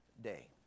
day